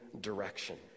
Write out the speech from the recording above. direction